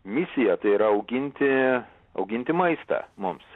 misiją tai yra auginti auginti maistą mums